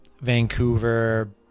Vancouver